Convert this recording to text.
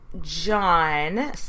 John